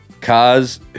cars